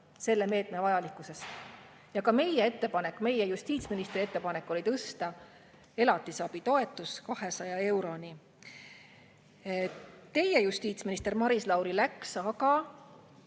selle meetme vajalikkuses. Ja ka meie ettepanek, meie justiitsministri ettepanek oli tõsta elatisabitoetus 200 euroni. Teie justiitsminister Maris Lauri läks aga